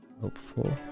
helpful